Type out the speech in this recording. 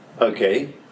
Okay